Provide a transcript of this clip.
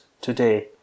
today